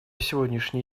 сегодняшний